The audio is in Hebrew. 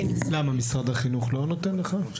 למה, משרד החינוך לא נותן לך?